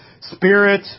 spirit